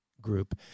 group